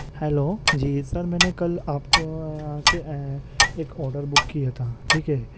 hello جی sir میں نے کل آپ کو یہاں سے ایک آڈر بک کیا تھا ٹھیک ہے